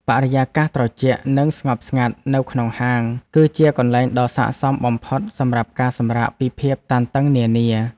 បរិយាកាសត្រជាក់ និងស្ងប់ស្ងាត់នៅក្នុងហាង គឺជាកន្លែងដ៏ស័ក្តិសមបំផុតសម្រាប់ការសម្រាកពីភាពតានតឹងនានា។